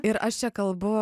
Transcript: ir aš čia kalbu